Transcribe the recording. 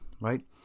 right